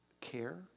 care